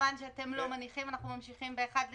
שאתם לא מניחים אנחנו ממשיכים בתקציב של 1/12,